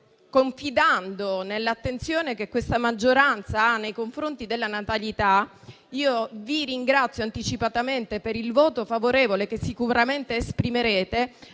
confidando nell'attenzione che questa maggioranza ha nei confronti della natalità, vi ringrazio anticipatamente per il voto favorevole che sicuramente esprimerete,